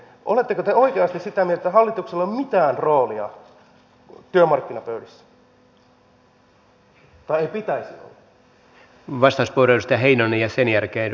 oletteko te oikeasti sitä mieltä että hallituksella ei pitäisi olla mitään roolia työmarkkinapöydässä